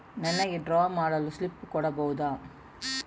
ನನಿಗೆ ಡ್ರಾ ಮಾಡಲು ಸ್ಲಿಪ್ ಕೊಡ್ಬಹುದಾ?